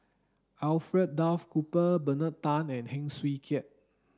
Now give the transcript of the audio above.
Alfred Duff Cooper Bernard Tan and Heng Swee Keat